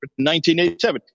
1987